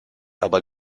aber